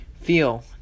feel